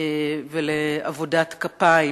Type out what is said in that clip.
ולעבודת כפיים.